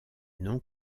non